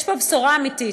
יש פה בשורה אמיתית.